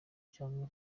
cyangwa